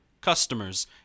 Customers